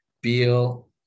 beal